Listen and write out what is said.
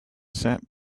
sat